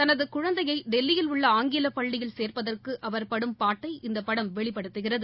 தனதுகுழந்தையைடெல்லியிலுள்ளஆங்கிலப் பள்ளியில் சேர்ப்பதற்குஅவர் படும் பாட்டை இந்தப்படம் வெளிப்படுத்துகிறது